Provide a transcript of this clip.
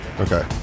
Okay